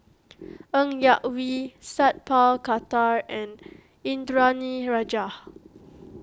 Ng Yak Whee Sat Pal Khattar and Indranee Rajah